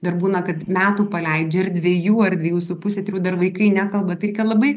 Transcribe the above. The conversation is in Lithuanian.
dar būna kad metų paleidžia ar dvejų ar dviejų su puse trijų dar vaikai nekalba tai kad labai